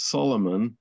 Solomon